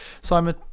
Simon